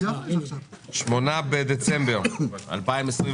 ה-8 בדצמבר 2021,